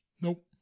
Nope